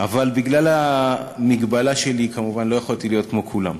אבל בגלל המגבלה שלי כמובן לא יכולתי להיות כמו כולם.